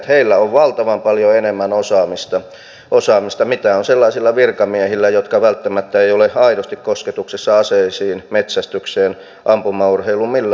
heillä on valtavan paljon enemmän osaamista kuin sellaisilla virkamiehillä jotka välttämättä eivät ole aidosti kosketuksissa aseisiin metsästykseen ampumaurheiluun millään tavalla